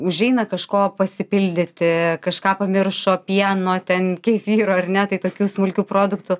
užeina kažko pasipildyti kažką pamiršo pieno ten kefyro ar ne tai tokių smulkių produktų